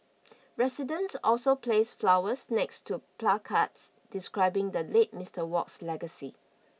residents also placed flowers next to placards describing the late Mister Work's legacy